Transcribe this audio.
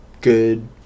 good